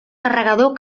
carregador